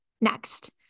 Next